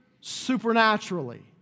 supernaturally